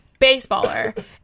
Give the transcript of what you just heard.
baseballer